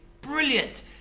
Brilliant